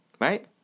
Right